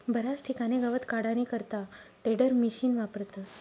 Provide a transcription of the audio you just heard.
बराच ठिकाणे गवत काढानी करता टेडरमिशिन वापरतस